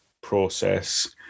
process